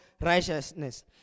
righteousness